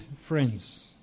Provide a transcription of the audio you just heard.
friends